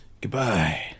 goodbye